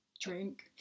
Drink